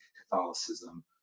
Catholicism